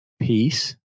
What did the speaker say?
peace